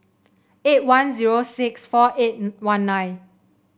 eight one zero six four eight one nine